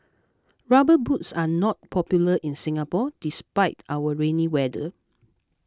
rubber boots are not popular in Singapore despite our rainy weather